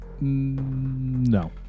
No